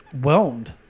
whelmed